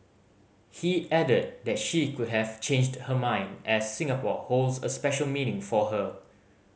he added that she could have changed her mind as Singapore holds a special meaning for her